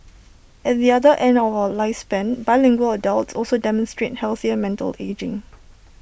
at the other end of our lifespan bilingual adults also demonstrate healthier mental ageing